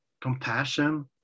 compassion